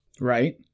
Right